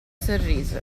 sorrise